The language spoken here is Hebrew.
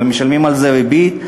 ומשלמים על זה ריבית,